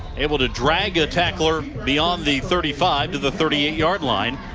able to drag the tackler beyond the thirty five to the thirty eight yard line.